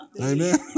Amen